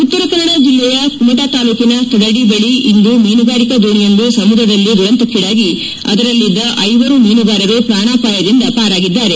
ಉತ್ತರಕನ್ನಡ ಜಿಲ್ಲೆಯ ಕುಮಟಾ ತಾಲೂಕಿನ ತದಡಿ ಬಳಿ ಇಂದು ಮೀನುಗಾರಿಕಾ ದೋಣಿಯೊಂದು ಸಮುದ್ರದಲ್ಲಿ ದುರಂತಕ್ಷೀಡಾಗಿ ಅದರಲ್ಲಿದ್ದ ಐವರು ಮೀನುಗಾರರು ಪ್ರಾಣಾಪಾಯದಿಂದ ಪಾರಾಗಿದ್ದಾರೆ